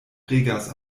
regas